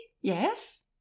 yes